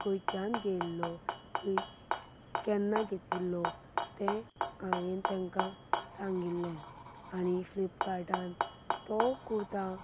खंयच्यान घेतिल्लो खंय केन्ना घेतिल्लो तें हांवें तांकां सांगिल्लें आनी फ्लिपकार्टार तो कुर्ता